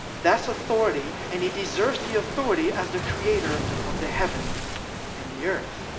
that's authority, and he deserves the authority as the creator of the heavens and the earth.